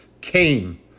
came